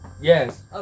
Yes